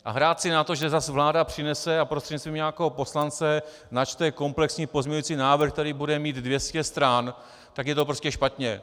A hrát si na to, že zas vláda přinese a prostřednictvím nějakého poslance načte komplexní pozměňující návrh, který bude mít 200 stran, tak je to prostě špatně.